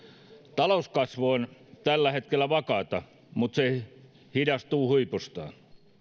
talouskasvu on tällä hetkellä vakaata mutta se hidastuu huipustaan